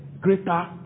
greater